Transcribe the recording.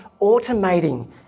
automating